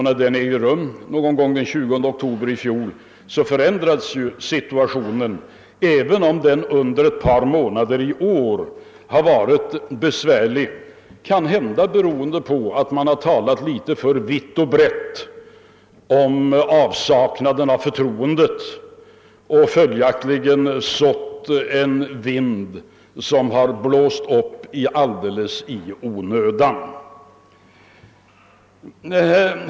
När den kom den 20 oktober i fjol förändrades situationen, även om den har varit besvärlig också under ett par månader i år, möjligen beroende på att man talade litet för vitt och brett om avsaknaden av förtroende och därmed sådde en vind som blåste upp alldeles i onödan.